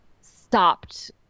stopped